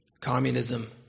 Communism